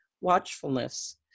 Watchfulness